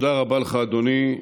תודה רבה לך, אדוני.